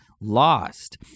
lost